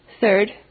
Third